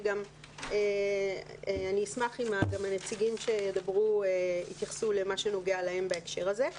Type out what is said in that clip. וגם אני אשמח אם הנציגים שידברו יתייחסו למה שנוגע להם בהקשר הזה.